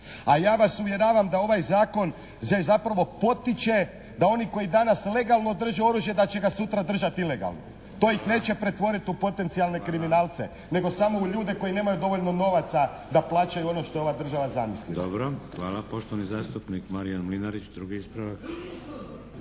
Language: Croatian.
A ja vas uvjeravam da ovaj zakon se zapravo potiče da oni koji danas legalno drže oružje da će ga sutra držati ilegalno. To ih neće pretvoriti u potencijalne kriminalce, nego samo u ljude koji nemaju dovoljno novaca da plaćaju ono što je ova država zamislila.